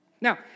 Now